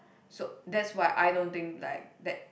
so that's why I don't think like that